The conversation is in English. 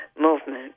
movement